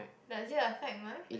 does it affect mine